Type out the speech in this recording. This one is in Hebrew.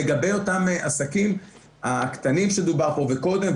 לגבי העסקים הקטנים שדובר עליהם פה מקודם,